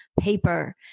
paper